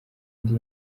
ndi